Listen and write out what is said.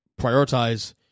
prioritize